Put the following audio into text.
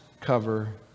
cover